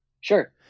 sure